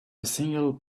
single